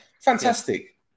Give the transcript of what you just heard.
Fantastic